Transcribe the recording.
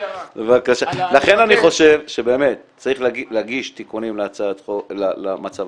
לכן אני חושב שצריך להגיש תיקונים למצב